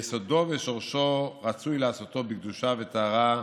יסודו ושורשו רצוי לעשותו בקדושה וטהרה,